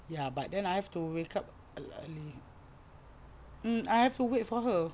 ya but then I have to wake up early mm I have to wait for her